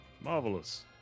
Marvelous